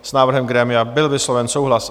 S návrhem grémia byl vysloven souhlas.